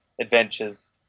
adventures